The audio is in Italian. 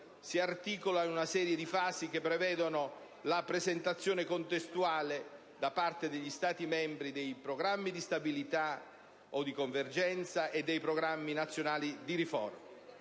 si articola in una serie di fasi che prevedono la presentazione contestuale da parte degli Stati membri dei programmi di stabilità o di convergenza e dei programmi nazionali di riforma.